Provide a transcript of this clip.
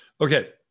Okay